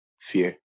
fear